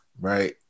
right